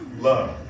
love